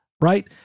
right